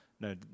No